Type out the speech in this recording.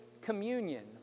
communion